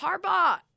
Harbaugh